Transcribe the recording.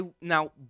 now